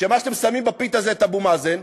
כשמה שאתם שמים בפיתה זה את אבו מאזן,